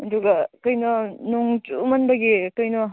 ꯑꯗꯨꯒ ꯀꯩꯅꯣ ꯅꯣꯡ ꯆꯨꯃꯟꯕꯒꯤ ꯀꯩꯅꯣ